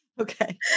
Okay